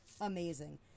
amazing